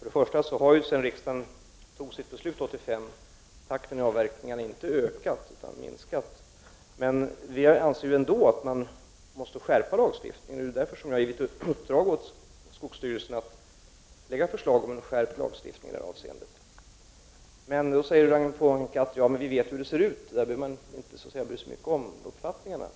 Herr talman! Sedan riksdagen fattade sitt beslut 1985 har takten i avverkningen inte ökat utan minskat. Vi anser ändå att vi måste skärpa lagstiftningen. Därför har jag givit i uppdrag åt skogsstyrelsen att lägga fram förslag om skärpt lagstiftning i det avseendet. Då säger Ragnhild Pohanka att vi vet ju hur det ser ut. Man behöver inte bry sig så mycket om de olika uppfattningarna.